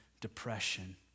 depression